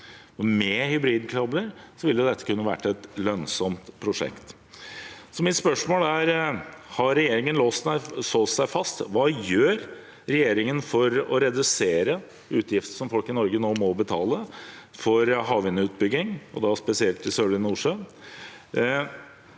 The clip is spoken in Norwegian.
Med hybridkabler ville dette kunne vært et lønnsomt prosjekt. Mitt spørsmål er: Har regjeringen låst seg fast? Hva gjør regjeringen for å redusere utgiftene som folk i Norge nå må betale for havvindutbygging, og da spesielt i Sørlige Nordsjø,